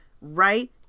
right